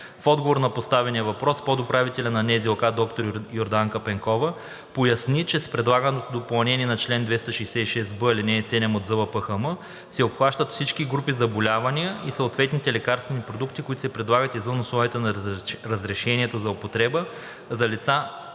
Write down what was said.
В отговор на поставения въпрос подуправителят на НЗОК доктор Йорданка Пенкова поясни, че с предлаганото допълнение на чл. 266б, ал. 7 от ЗЛПХМ се обхващат всички групи заболявания и съответните лекарствени продукти, които се прилагат извън условията на разрешението за употреба за